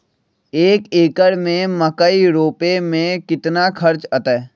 एक एकर में मकई रोपे में कितना खर्च अतै?